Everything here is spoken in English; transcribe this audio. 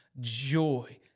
joy